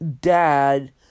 dad